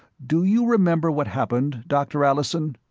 do you remember what happened, doctor allison?